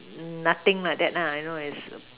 nothing like that lah you know it's